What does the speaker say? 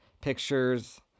pictures